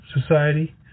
society